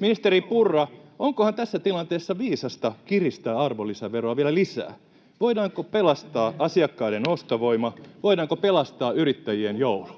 Ministeri Purra, onkohan tässä tilanteessa viisasta kiristää arvonlisäveroa vielä lisää? Voidaanko pelastaa asiakkaiden ostovoima? Voidaanko pelastaa yrittäjien joulu?